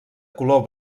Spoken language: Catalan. color